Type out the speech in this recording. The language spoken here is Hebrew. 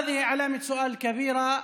זה סימן שאלה גדול,